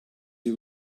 you